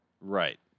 right